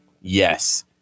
Yes